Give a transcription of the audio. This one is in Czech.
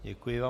Děkuji vám.